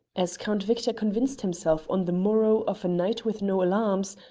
as count victor convinced himself on the morrow of a night with no alarms,